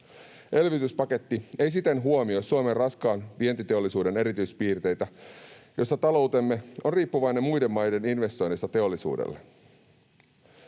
Elvytyspaketti ei siten huomioi Suomen raskaan vientiteollisuuden erityispiirteitä, sitä, että taloutemme on riippuvainen muiden maiden investoinnista teollisuudelle.